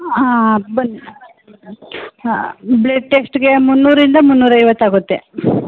ಹಾಂ ಬನ್ನಿ ಹಾಂ ಬ್ಲೆಡ್ ಟೆಶ್ಟ್ಗೆ ಮುನ್ನೂರಿಂದ ಮುನ್ನೂರ ಐವತ್ತು ಆಗುತ್ತೆ